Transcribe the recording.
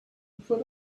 put